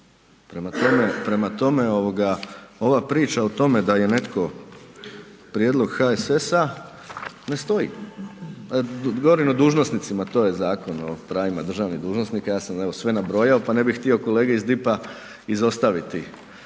Prema tome, ova priča o tome da je netko prijedlog HSS-a, ne stoji. Govorim o dužnosnicima, to je Zakon o pravima državnih dužnosnika, ja sam evo, sve nabrojao, pa ne bih htio kolege iz DIP-a izostaviti